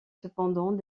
cependant